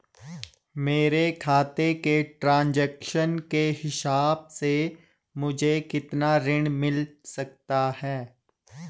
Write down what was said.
मेरे खाते के ट्रान्ज़ैक्शन के हिसाब से मुझे कितना ऋण मिल सकता है?